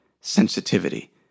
sensitivity